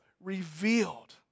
revealed